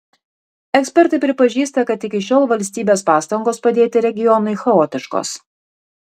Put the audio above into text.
ekspertai pripažįsta kad iki šiol valstybės pastangos padėti regionui chaotiškos